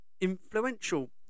influential